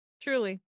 truly